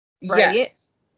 Yes